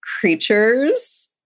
creatures